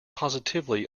positively